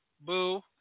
boo